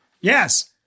Yes